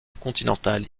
continentale